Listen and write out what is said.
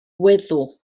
weddw